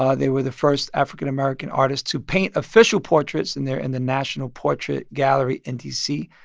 ah they were the first african-american artists to paint official portraits, and they're in the national portrait gallery in d c.